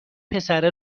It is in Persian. پسره